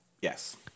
Yes